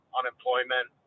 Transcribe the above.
unemployment